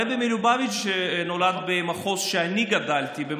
הרבי מלובביץ' נולד במחוז שאני גדלתי בו,